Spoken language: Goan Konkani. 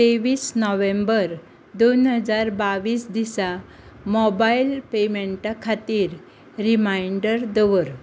तेवीस नोव्हेंबर दोन हजार बावीस दिसा मोबायल पेमेंटा खातीर रिमांयडर दवर